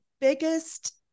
biggest